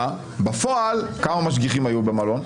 בפועל, כמה משגיחים היו במלון?